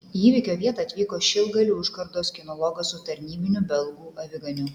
į įvykio vietą atvyko šilgalių užkardos kinologas su tarnybiniu belgų aviganiu